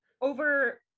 Over